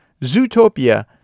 Zootopia